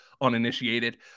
uninitiated